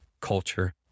culture